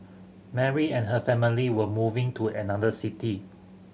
Mary and her family were moving to another city